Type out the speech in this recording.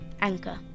anchor